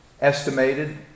Estimated